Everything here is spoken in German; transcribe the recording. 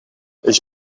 ich